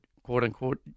quote-unquote